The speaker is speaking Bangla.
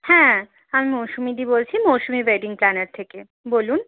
হ্যাঁ আমি মৌশুমীদি বলছি মৌশুমী ওয়েডিং প্ল্যানার থেকে বলুন